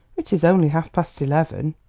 it is only half past eleven.